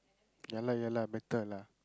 ya lah ya lah better lah